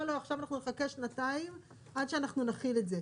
לא אנחנו עכשיו נחכה שנתיים עד שאנחנו נכין את זה,